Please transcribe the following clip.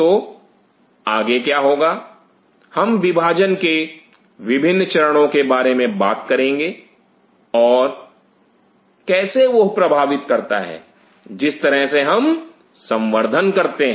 तो आगे क्या होगा हम विभाजन के विभिन्न चरणों के बारे में बात करेंगे और कैसे वह प्रभावित करता है जिस तरह से हम संवर्धन करते हैं